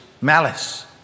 malice